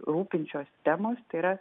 rūpinčios temos tai yra